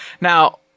Now